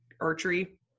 archery